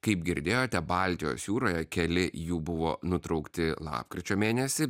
kaip girdėjote baltijos jūroje keli jų buvo nutraukti lapkričio mėnesį